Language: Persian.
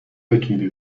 بتونی